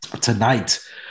tonight